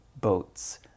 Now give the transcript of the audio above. boats